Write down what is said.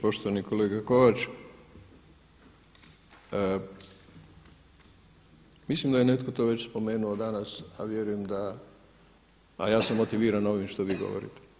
Poštovani kolega Kovač, mislim da je netko to već spomenuo danas, a vjerujem da, a ja sam motiviran ovim što vi govorite.